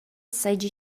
seigi